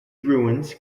ruins